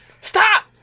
stop